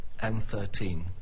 M13